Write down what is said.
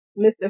Mr